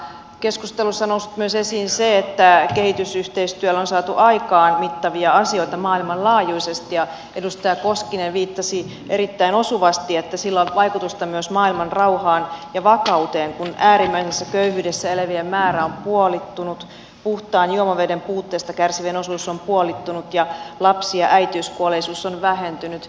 keskustelussa on noussut esiin myös se että kehitysyhteistyöllä on saatu aikaan mittavia asioita maailmanlaajuisesti ja edustaja koskinen viittasi erittäin osuvasti että sillä on vaikutusta myös maailman rauhaan ja vakauteen kun äärimmäisessä köyhyydessä elävien määrä on puolittunut puhtaan juomaveden puutteesta kärsivien osuus on puolittunut ja lapsi ja äitiyskuolleisuus on vähentynyt